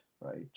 right